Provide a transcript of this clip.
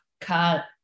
cut